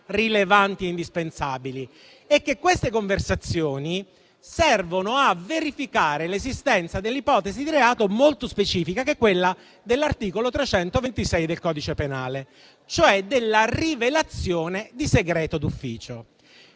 "rilevanti" e "indispensabili" è che queste conversazioni servono a verificare l'esistenza di un'ipotesi di reato molto specifica, che è quella dell'articolo 326 del codice penale, cioè della rivelazione di segreto d'ufficio.